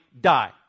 die